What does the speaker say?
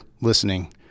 listening